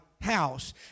house